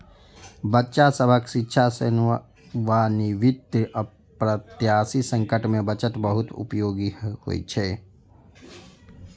बच्चा सभक शिक्षा, सेवानिवृत्ति, अप्रत्याशित संकट मे बचत बहुत उपयोगी होइ छै